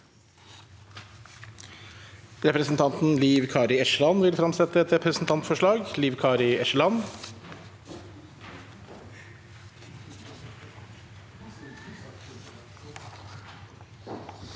Liv Kari Eskeland vil framsette et representantforslag.